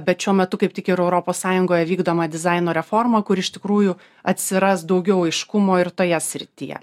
bet šiuo metu kaip tik ir europos sąjungoje vykdomą dizaino reforma kur iš tikrųjų atsiras daugiau aiškumo ir toje srityje